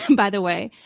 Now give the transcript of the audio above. by the way.